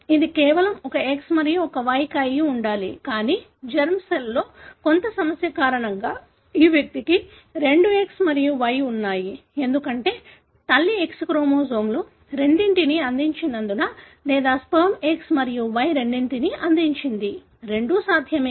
ఇది కేవలం ఒక X మరియు ఒక Y అయి ఉండాలి కానీ జెర్మ్ సెల్లో కొంత సమస్య కారణంగా ఈ వ్యక్తికి రెండు X మరియు Y ఉన్నాయి ఎందుకంటే తల్లి X క్రోమోజోమ్లు రెండింటినీ అందించినందున లేదా స్పెర్మ్ X మరియు Y రెండింటినీ అందించింది రెండూ సాధ్యమే